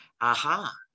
Aha